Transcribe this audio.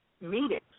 meetings